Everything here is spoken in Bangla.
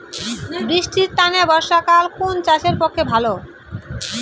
বৃষ্টির তানে বর্ষাকাল কুন চাষের পক্ষে ভালো?